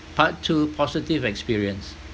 part two positive experience